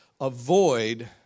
avoid